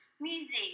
music